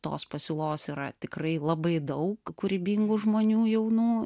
tos pasiūlos yra tikrai labai daug kūrybingų žmonių jaunų